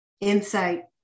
insight